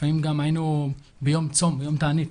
לפעמים גם היינו ביום צום, ביום תענית,